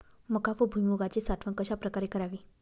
मका व भुईमूगाची साठवण कशाप्रकारे करावी?